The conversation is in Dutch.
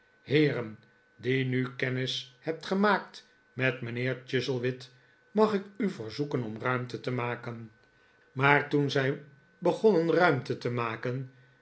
heeren die nu kennis hebt gemaakt met mijnheer chuzzlewit mag ik u verzoeken om ruimte te maken maar toen zij begonnen ruimte te maken